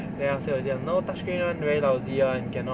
then after that 我就讲 no touch screen [one] very lousy [one] cannot